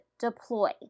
deploy